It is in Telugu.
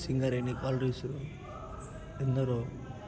సింగరేణి క్వారీస్ ఎందరో